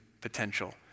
potential